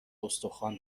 استخوان